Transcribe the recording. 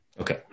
Okay